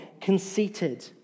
conceited